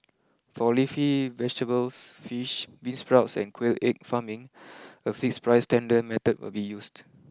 for leafy vegetables fish beansprouts and quail egg farming a fixed price tender method will be used